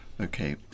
okay